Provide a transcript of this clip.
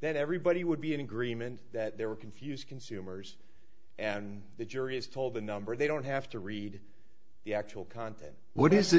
that everybody would be in agreement that there were confused consumers and the jury is told the number they don't have to read the actual content what is it